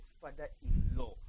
father-in-law